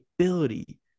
ability